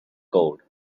gold